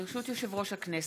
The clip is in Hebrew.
ברשות יושב-ראש הכנסת,